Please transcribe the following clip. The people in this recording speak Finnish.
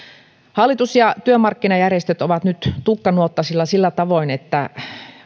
hallitus ja työmarkkinajärjestöt ovat nyt tukkanuottasilla sillä tavoin että